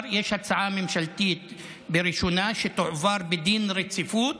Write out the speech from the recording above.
יש הצעה ממשלתית בראשונה שתועבר בדין רציפות,